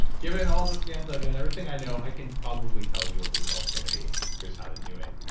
given all the scans, i've done everything i know. i can probably tell you what the results are going to be. here's how to do it.